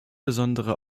besondere